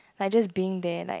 like just being there like